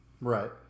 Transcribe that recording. Right